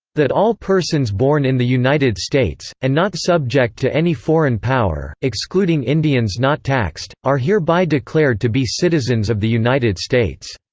that all persons born in the united states, and not subject to any foreign power, excluding indians not taxed, are hereby declared to be citizens of the united states.